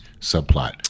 subplot